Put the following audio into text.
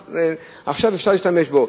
עכשיו אפשר להשתמש בהם.